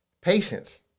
patience